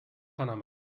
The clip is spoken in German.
panama